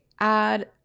add